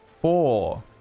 four